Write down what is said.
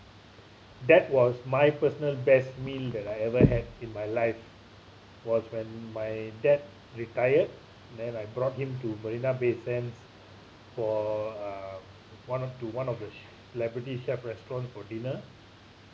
that was my personal best meal that I ever had in my life was when my dad retired then I brought him to marina bay sands for uh one to one of the celebrity chef restaurant for dinner